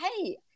hey